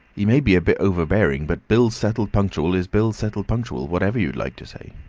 he may be a bit overbearing, but bills settled punctual is bills settled punctual, whatever you'd like to say.